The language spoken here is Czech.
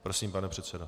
Prosím, pane předsedo.